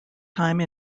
time